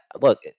look